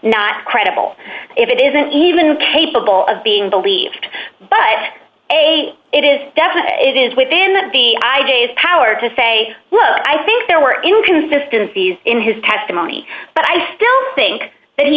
not credible if it isn't even capable of being believed but a it is definite it is within that the idea is power to say well i think there were inconsistency in his testimony but i still think that he